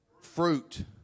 fruit